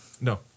No